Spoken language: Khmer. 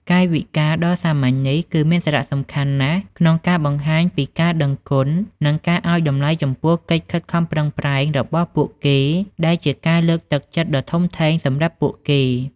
កាយវិការដ៏សាមញ្ញនេះ គឺមានសារៈសំខាន់ណាស់ក្នុងការបង្ហាញពីការដឹងគុណ និងការឱ្យតម្លៃចំពោះកិច្ចខិតខំប្រឹងប្រែងរបស់ពួកគេ ដែលជាការលើកទឹកចិត្តដ៏ធំធេងសម្រាប់ពួកគេ។